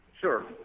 Sure